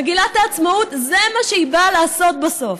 מגילת העצמאות, זה מה שהיא באה לעשות בסוף.